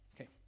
Okay